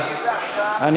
חברי הכנסת,